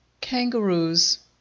kangaroos